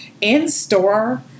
in-store